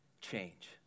change